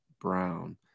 Brown